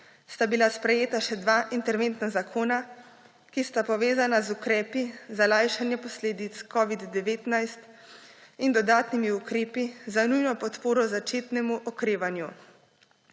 sta bila sprejeta še dva interventna zakona, ki sta povezana z ukrepi za lajšanje posledic covida-19 in dodatnimi ukrepi za nujno podporo začetnemu okrevanju.